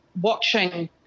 watching